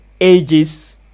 ages